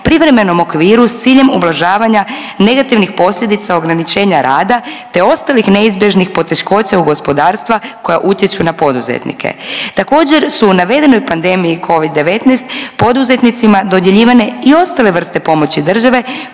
Privremenom okviru s ciljem ublažavanja negativnih posljedica ograničenja rada te ostalih neizbježnih poteškoća u gospodarstva koja utječu na poduzetnike. Također, su u navedenoj pandemiji Covid-19 poduzetnicima dodjeljivane i ostale vrste pomoći države